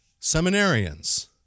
seminarians